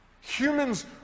Humans